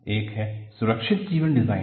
एक है सुरक्षित जीवन डिजाइन